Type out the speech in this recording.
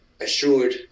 assured